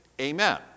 Amen